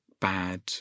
bad